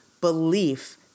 belief